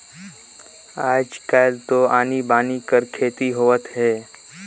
आयज कायल तो आनी बानी कर खेती होवत हे